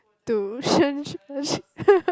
to